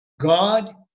God